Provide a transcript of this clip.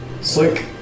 Slick